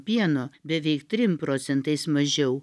pieno beveik trim procentais mažiau